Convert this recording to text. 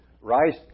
Rice